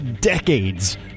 decades